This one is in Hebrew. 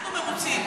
אנחנו מרוצים.